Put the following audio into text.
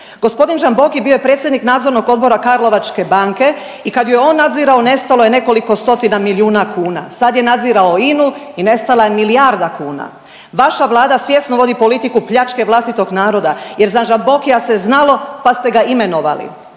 Gospodin Žamboki bio je predsjednik nadzornog odbora Karlovačke banke i kad ju je on nadzirao nestalo je nekoliko stotina milijuna kuna, sad je nadzirao INA-u i nestala je milijarda kuna. Vaša vlada svjesno vodi politiku pljačke vlastitog naroda jer za Žambokija se znalo, pa ste ga imenovali,